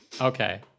okay